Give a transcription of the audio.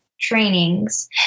trainings